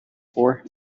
for